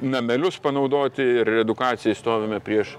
namelius panaudoti ir edukacijai stovime prieš